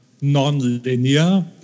non-linear